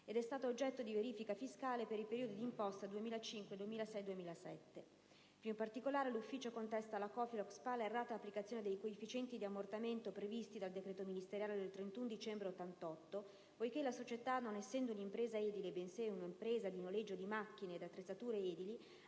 ed è stata oggetto di verifica fiscale per i periodi d'imposta 2005, 2006 e 2007. Più in particolare, l'ufficio contesta alla Cofiloc Spa l'errata applicazione dei coefficienti di ammortamento previsti dal decreto ministeriale del 31 dicembre 1988 poiché la società, non essendo un'impresa edile bensì un'impresa di noleggio di macchine ed attrezzature edili,